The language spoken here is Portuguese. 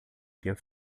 tinha